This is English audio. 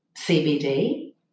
CBD